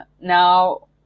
now